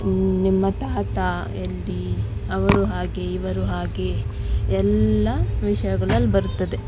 ನಿಮ್ಮ ತಾತ ಎಲ್ಲಿ ಅವರು ಹಾಗೆ ಇವರು ಹಾಗೆ ಎಲ್ಲ ವಿಷಯಗಳಲ್ಲಿ ಬರುತ್ತದೆ